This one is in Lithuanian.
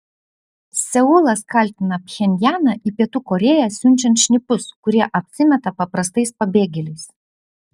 seulas kaltina pchenjaną į pietų korėją siunčiant šnipus kurie apsimeta paprastais pabėgėliais